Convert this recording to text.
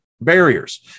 barriers